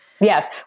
Yes